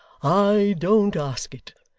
i don't ask it.